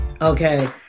okay